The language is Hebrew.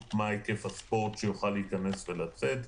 מה היקף הספורט שיוכל להיכנס ולצאת,